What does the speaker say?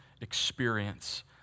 experience